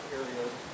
areas